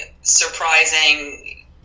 surprising